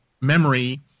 memory